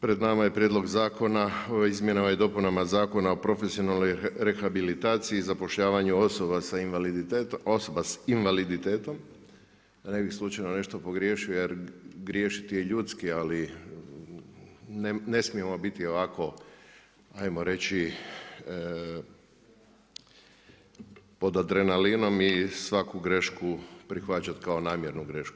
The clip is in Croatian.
Pred nama je Prijedlog zakona o izmjenama i dopunama Zakona o profesionalnoj rehabilitaciji i zapošljavanju osoba sa invaliditetom, da ne bi slučajno nešto pogriješio jer griješiti je ljudski ali ne smijemo biti ovako, ajmo reći pod adrenalinom i svaku grešku prihvaćati kao namjernu grešku.